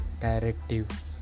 directive